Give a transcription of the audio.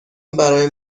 برای